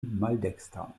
maldekstra